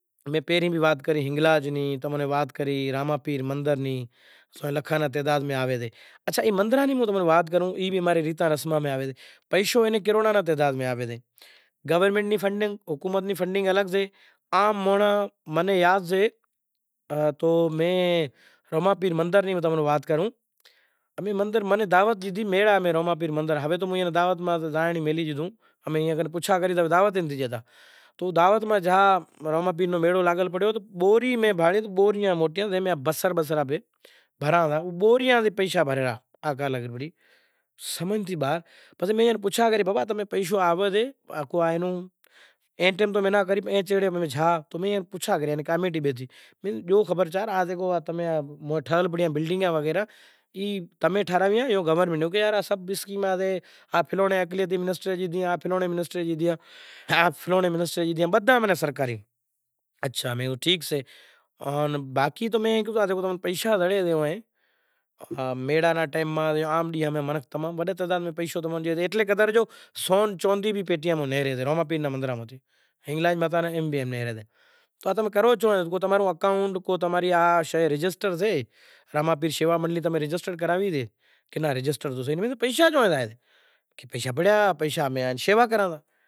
ہے راجا ہریچند تمیں پوہتاں نوں ست ناں میلہو آپان نیں منش تن زڑیو ان آپاں نیں گرو کہیو وچن لیتو گرو مارگ لیتو ای مارگ نیں آپنڑے ویکھوا نیں ضرورت نہ تھی، آز آنپڑے نیں تمیں ای لاگے ریو سے کہ ہوں رازا ہتو راجدھانڑی نو مالک ہتو آز ایتلے قدر کہ تمیں ویچار کریو اے راجا ہریچند آ راجدھانیوں آ وڑی جگت نو وہنوار اوس مڑی زائسے پنڑ ست زاتو ریو تو کدھے ناں مڑے۔ تو سوئیم پرماتما نیں آوی راجا ہریچند نی رکھشا کرنڑی پڑی رکھشا کرے آن اینو جیون نو سپھل کریو ای ماں جگت ماں اندر کو ایوو مہاپرش کو ایوو سلجھیل مانڑاں ملے زے تیں اماری قوم ناں آگر لے زایا ہاروں کری وڈی جاکھوڑ وڈی جتن کرنڑو پڑے زم تو نرسینگ نا پتا ہتا ای بھی رازا ہتا ای رازا ہتا تو پوہتے چار بھائی ہتا تو راجا وشوا منتر نا پتا شری ویچار کریو